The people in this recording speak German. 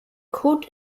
code